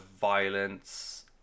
violence